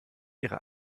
ihrer